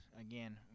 again